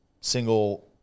single